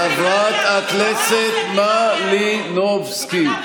חברת הכנסת מלינובסקי.